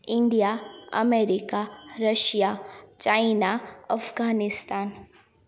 India America Russia China Afghanistan